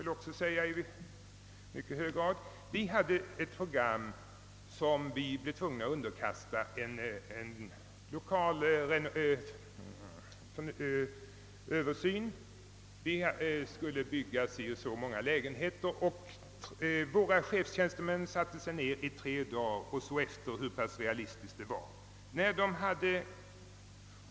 Vi hade där ett bostadsbyggnadsprogram som vi blev tvungna att underkasta en lokal översyn. Vi tänkte bygga så och så många lägenheter, och våra chefstjänstemän satte sig ned i tre dagar för att klara ut hur pass realistiskt program met var.